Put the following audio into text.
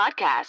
podcast